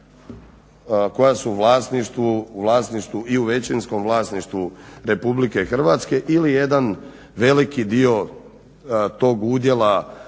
koja su u vlasništvu i u većinskom vlasništvu RH ili jedan veliki dio tog udjela